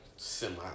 Semi